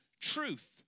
truth